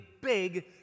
big